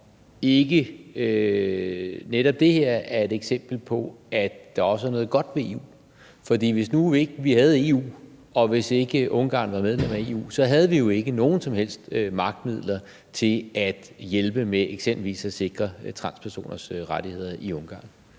netop det her er et eksempel på, at der også er noget godt ved EU, for hvis nu vi ikke havde EU, og hvis ikke Ungarn var medlem af EU, så havde vi jo ikke nogen som helst magtmidler til at hjælpe med eksempelvis at sikre transpersoners rettigheder i Ungarn.